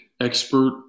expert